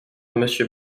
monsieur